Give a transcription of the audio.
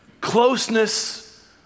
closeness